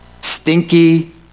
stinky